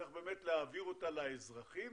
צריך להעבירה לאזרחים.